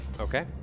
Okay